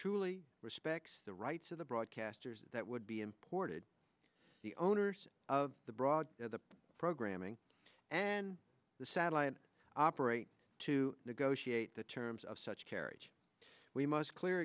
truly respects the rights of the broadcasters that would be imported the owners of the broad programming and the satellite operate to negotiate the terms of such carriage we must clear